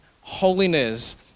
holiness